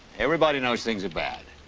everybody knows things are bad.